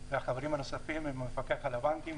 החברים הנוספים הם המפקח על הבנקים,